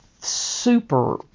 super